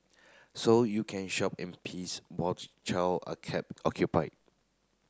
so you can shop in peace while the child are kept occupied